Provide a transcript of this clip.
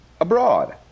abroad